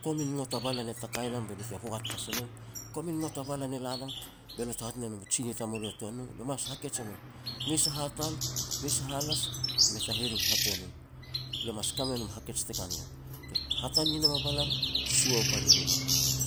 komin ngot a balan e takai nam be lo te hoat pasi nom, komin ngot a balan e la nam bete hat ne nom u tsinih tamulo e tuan no. Le mas hakej e nom, mes a hatal mes a halas e mei ta hiring hatuan u, le mas ka me nom hakej te ka na ien. Te hatane nam a balan, sua pan i luma,